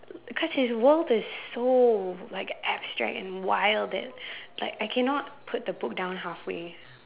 cause his world is so like abstract and wild that like I cannot put the book down halfway